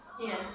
Yes